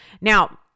Now